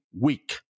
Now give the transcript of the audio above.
week